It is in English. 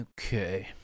Okay